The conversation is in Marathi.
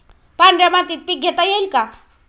पांढऱ्या मातीत पीक घेता येईल का?